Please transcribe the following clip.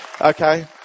okay